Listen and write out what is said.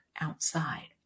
outside